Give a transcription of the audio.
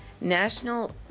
National